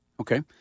Okay